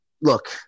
look